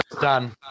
done